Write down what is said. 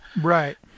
Right